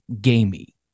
gamey